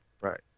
Right